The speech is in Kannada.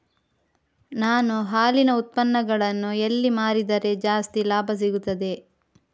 ನಾನು ಹಾಲಿನ ಉತ್ಪನ್ನಗಳನ್ನು ಎಲ್ಲಿ ಮಾರಿದರೆ ಜಾಸ್ತಿ ಲಾಭ ಸಿಗುತ್ತದೆ?